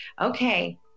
okay